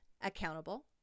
accountable